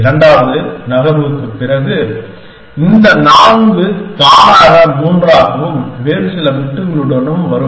இரண்டாவது நகர்வுக்குப் பிறகு இந்த 4 தானாக 3 ஆகவும் வேறு சில பிட்டுகளுடனும் வரும்